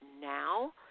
Now